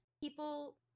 people